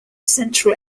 central